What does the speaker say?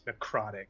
necrotic